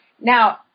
Now